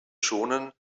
schonen